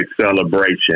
Celebration